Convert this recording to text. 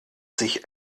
sich